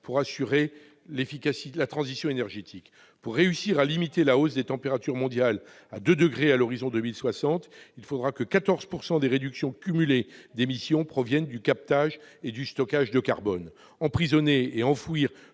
pour assurer la transition énergétique. Pour réussir à limiter la hausse des températures mondiales à 2 degrés à l'horizon 2060, il faudra que 14 % des réductions cumulées d'émissions proviennent du captage et du stockage de carbone. Emprisonner et enfouir